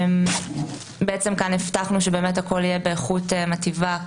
כאן הבטחנו שהכול יהיה באיכות מיטיבה,